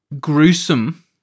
gruesome